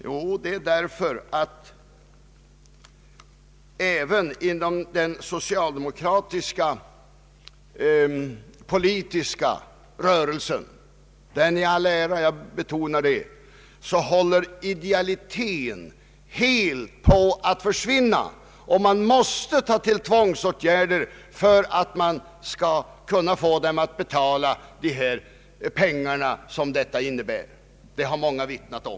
Jo, därför att även inom den socialdemokratiska politiska rörelsen — den i all ära, jag betonar det — håller idealiteten på att helt försvinna, så att man måste ta till tvångsåtgärder för att få folk att betala ut pengar till partiet. Det har många vittnat om.